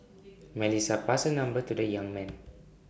Melissa passed her number to the young man